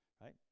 Right